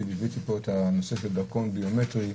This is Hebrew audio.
שליוויתי פה את הנושא של דרכון ביומטרי,